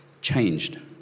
changed